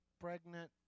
pregnant